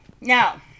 Now